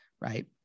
Right